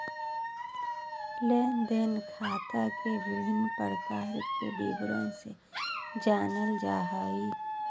लेन देन खाता के विभिन्न प्रकार के विवरण से जानल जाय हइ